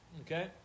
Okay